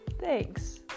thanks